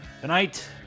Tonight